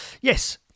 yes